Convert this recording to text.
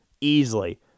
easily